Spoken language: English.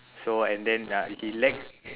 so and then uh he lack